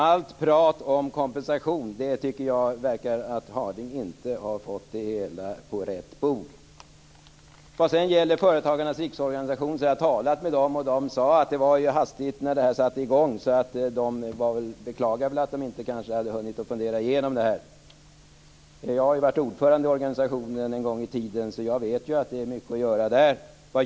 Allt prat om kompensation tyder på att Harding Olson inte har fått frågan på rätt bog. Jag har talat med Företagarnas riksorganisation. Man sade att nyheterna kom hastigt och beklagade att man inte hade hunnit fundera igenom frågan. Jag har varit ordförande i organisationen en gång i tiden, så jag vet att det är mycket att göra där.